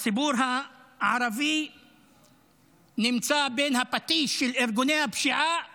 הציבור הערבי נמצא בין הפטיש של ארגוני הפשיעה